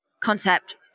concept